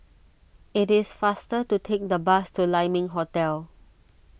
it is faster to take the bus to Lai Ming Hotel